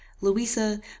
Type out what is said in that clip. louisa